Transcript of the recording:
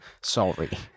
Sorry